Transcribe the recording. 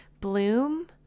bloom